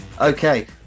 okay